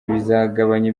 bizagabanya